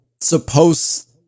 supposed